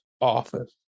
office